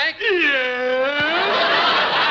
Yes